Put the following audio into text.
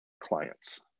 clients